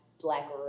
black